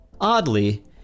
Oddly